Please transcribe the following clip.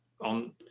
on